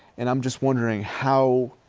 and i'm just wondering, how,